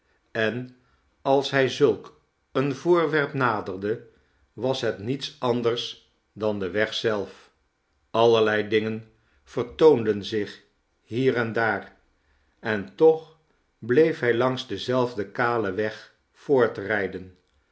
en als hij zulk een voorwerp naderde was het niets anders dan de weg zelf allerlei dingen vertoonden zich hier en daar en toch bleef hij langs denzelfden kalen weg